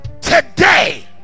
today